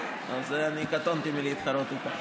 קטונתי מלהתחרות בה.